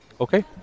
Okay